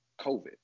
COVID